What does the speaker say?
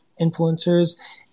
influencers